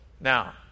Now